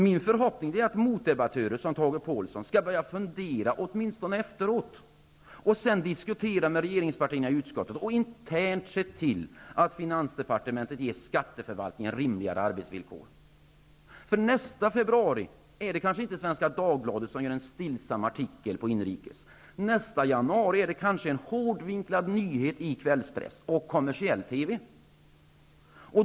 Min förhoppning är att meddebattörer som Tage Pålsson åtminstone efteråt skall börja fundera och sedan diskutera med regeringspartierna i utskottet och internt se till att finansdepartementet ger skatteförvaltningen rimligare arbetsvillkor. Nästa februari är det kanske inte Svenska Dagbladet som gör en stillsam artikel på inrikessidan, utan då är detta kanske en hårdvinklad nyhet i kvällspress och kommersiell TV.